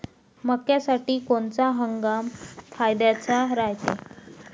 मक्क्यासाठी कोनचा हंगाम फायद्याचा रायते?